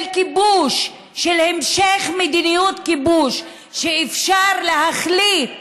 של כיבוש, של המשך מדיניות כיבוש, שאפשר להחליט